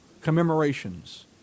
commemorations